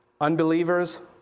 Unbelievers